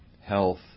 health